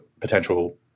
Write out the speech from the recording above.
potential